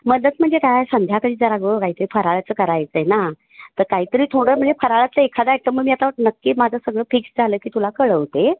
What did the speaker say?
मदत म्हणजे काय संध्याकाळी जरा गं काहीतरी फराळाचं करायचं आहे ना तर काहीतरी थोडं म्हणजे फराळाचं एखादा आयटम मग मी आता नक्की माझं सगळं फिक्स झालं की तुला कळवते